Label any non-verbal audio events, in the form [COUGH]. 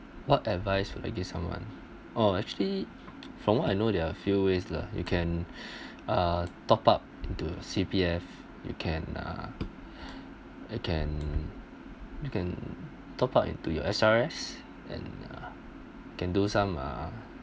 what advice would I give someone oh actually from what I know there are a few ways lah you can [BREATH] uh top up into C_P_F you can uh you can you can top up into your S_R_S and uh can do some uh